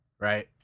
Right